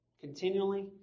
continually